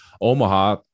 Omaha